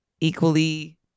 equally